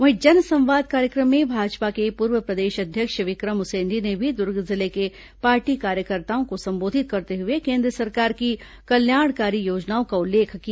वहीं जनसंवाद कार्यक्रम में भाजपा के पूर्व प्रदेशाध्यक्ष विक्रम उसेण्डी ने भी दुर्ग जिले के पार्टी कार्यकर्ताओं को संबोधित करते हुए केन्द्र सरकार की कल्याणकारी योजनाओं का उल्लेख किया